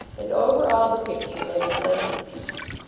and over all the picture lay the sense of peace.